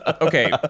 okay